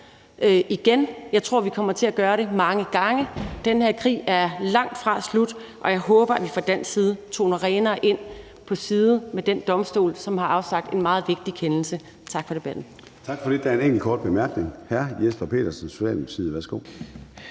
igen. Jeg tror, vi kommer til at gøre det mange gange. Den her krig er langtfra slut, og jeg håber, at vi fra dansk side toner mere rent flag til fordel for den domstol, som har afsagt en meget vigtig kendelse. Tak for debatten.